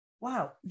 Wow